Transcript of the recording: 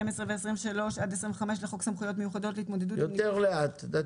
12 ו־23 עד 25 לחוק סמכויות מיוחדות להתמודדות עם נגיף